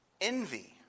Envy